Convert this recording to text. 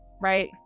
right